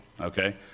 okay